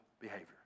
behavior